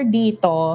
dito